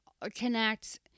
connect